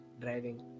driving